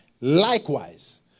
Likewise